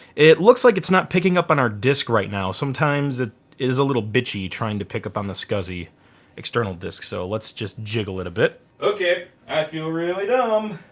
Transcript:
it looks like it's not picking up on our disc right now. sometimes it is a little bitchy trying to pick up on the scsi external disc so let's just jiggle it a bit. okay, i feel really dumb.